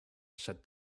said